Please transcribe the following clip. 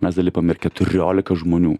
mes dar lipam ir keturiolika žmonių